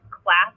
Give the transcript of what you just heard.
class